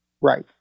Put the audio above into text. Right